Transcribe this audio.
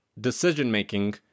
decision-making